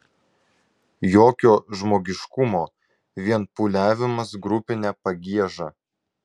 jokio žmogiškumo vien pūliavimas grupine pagieža